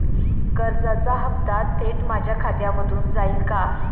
कर्जाचा हप्ता थेट माझ्या खात्यामधून जाईल का?